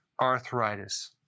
arthritis